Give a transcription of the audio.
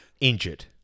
injured